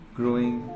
growing